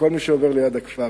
לכל מי שעובר ליד הכפר.